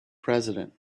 president